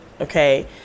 okay